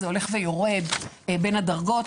זה הולך ויורד בין הדרגות,